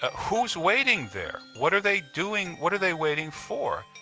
ah who is waiting there? what are they doing? what are they waiting for?